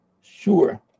sure